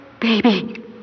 baby